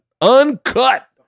uncut